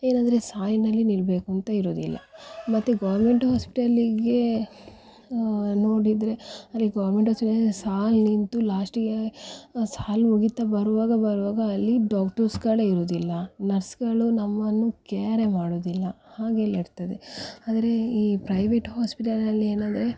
ಏನಂದರೆ ಸಾಲಿನಲ್ಲಿ ನಿಲ್ಲಬೇಕು ಅಂತ ಇರೋದಿಲ್ಲ ಮತ್ತು ಗೋರ್ಮೆಂಟ್ ಹಾಸ್ಪಿಟಲ್ಲಿಗೆ ನೋಡಿದರೆ ಅಲ್ಲಿ ಗೋರ್ಮೆಂಟ್ ಹಾಸ್ಪಿಟಲ್ಲಿ ಸಾಲು ನಿಂತು ಲಾಸ್ಟಿಗೆ ಸಾಲು ಮುಗಿಯುತ್ತಾ ಬರುವಾಗ ಬರುವಾಗ ಅಲ್ಲಿ ಡಾಕ್ಟರ್ಸ್ಗಳೇ ಇರೋದಿಲ್ಲ ನರ್ಸ್ಗಳು ನಮ್ಮನ್ನು ಕೇರೆ ಮಾಡೋದಿಲ್ಲ ಹಾಗೆಲ್ಲ ಇರ್ತದೆ ಆದರೆ ಈ ಪ್ರೈವೇಟ್ ಹಾಸ್ಪಿಟಲಲ್ಲೇನಂದರೆ